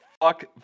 Fuck